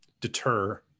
deter